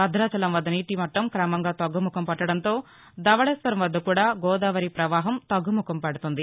భద్రాచలం వద్ద నీటిమట్టం క్రమంగా తగ్గుముఖం పట్టడంతో ధవశేశ్వరం వద్ద కూడా గోదావరి పవాహం తగ్గుముఖం పట్టింది